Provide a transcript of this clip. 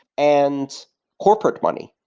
and corporate money.